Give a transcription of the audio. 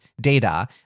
data